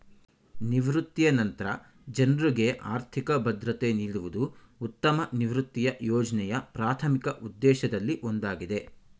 ನಿವೃತ್ತಿಯ ನಂತ್ರ ಜನ್ರುಗೆ ಆರ್ಥಿಕ ಭದ್ರತೆ ನೀಡುವುದು ಉತ್ತಮ ನಿವೃತ್ತಿಯ ಯೋಜ್ನೆಯ ಪ್ರಾಥಮಿಕ ಉದ್ದೇಶದಲ್ಲಿ ಒಂದಾಗಿದೆ